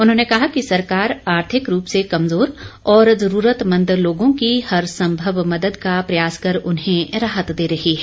उन्होंने कहा कि सरकार आर्थिक रूप से कमजोर और जरूरतमंद लोगों की हर संभव मदद का प्रयास कर उन्हें राहत दे रही है